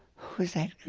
who's that